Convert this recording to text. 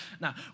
Now